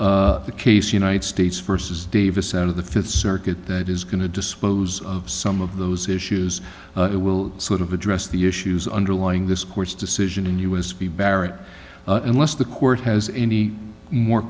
court the case united states versus davis out of the fifth circuit that is going to dispose of some of those issues it will sort of address the issues underlying this court's decision in u s b barrett unless the court has any more